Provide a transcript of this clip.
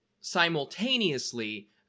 Simultaneously